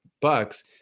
bucks